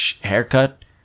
Haircut